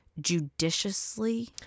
Judiciously